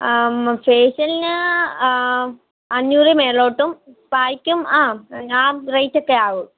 ഫേഷ്യൽന് അഞ്ഞൂറിന് മേളിലോട്ടും സ്പായിക്കും അ ആ റേറ്റ് ഒക്കെ ആവും